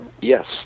Yes